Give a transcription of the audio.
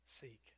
seek